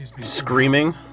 Screaming